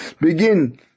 begin